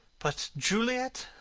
but juliet!